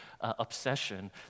obsession